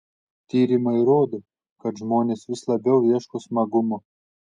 tyrimai rodo kad žmonės vis labiau ieško smagumo